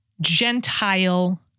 Gentile